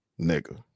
nigga